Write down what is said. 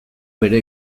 bere